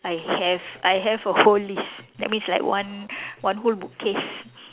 I have I have a whole list that means like one one whole book case